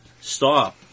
stop